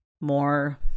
more